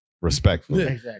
Respectfully